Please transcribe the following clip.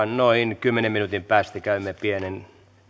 noin kymmenen minuutin päästä käymme pienen